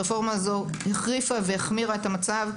הרפורמה הזו החריפה והחמירה את המצב.